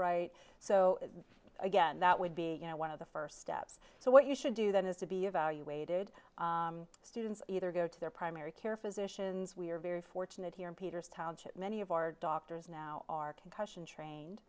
right so again that would be you know one of the first steps so what you should do then is to be evaluated students either go to their primary care physicians we are very fortunate here in peter's township many of our doctors now are concussion trained